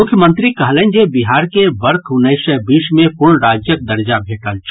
मुख्यमंत्री कहलनि जे बिहार के वर्ष उन्नैस सय बीस मे पूर्ण राज्यक दर्जा भेटल छल